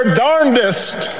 darndest